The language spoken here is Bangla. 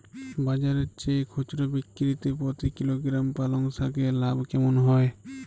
বাজারের চেয়ে খুচরো বিক্রিতে প্রতি কিলোগ্রাম পালং শাকে লাভ কেমন হয়?